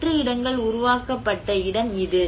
வெற்று இடங்கள் உருவாக்கப்பட்ட இடம் இது